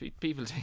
people